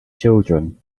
children